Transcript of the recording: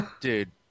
Dude